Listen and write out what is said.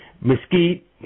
Mesquite